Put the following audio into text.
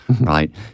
right